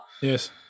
Yes